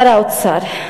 שר האוצר,